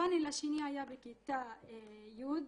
הפעם השנייה הייתה בכיתה י'